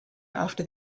after